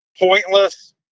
pointless